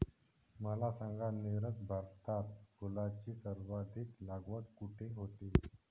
मला सांगा नीरज, भारतात फुलांची सर्वाधिक लागवड कुठे होते?